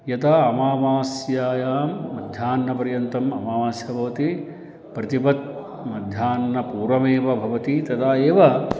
यदा अमामास्यायां मध्यान्नपर्यन्तम् अमावास्या भवति प्रतिपत् मध्याह्नपूर्वमेव भवति तदा एव